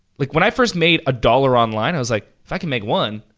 like, when i first made a dollar online, i was like, if i can make one,